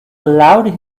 allowed